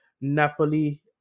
Napoli-